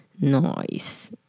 Nice